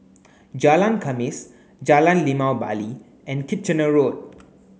Jalan Khamis Jalan Limau Bali and Kitchener Road